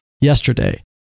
yesterday